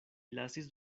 lasis